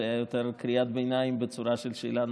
זו יותר קריאת ביניים בצורה של שאלה נוספת.